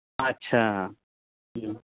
अच्छा हं